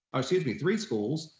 or excuse me, three schools,